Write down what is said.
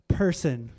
person